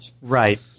Right